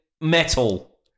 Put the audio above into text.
metal